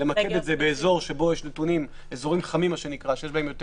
למקד את זה באזורים חמים שיש בהם יותר